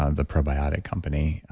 ah the probiotic company,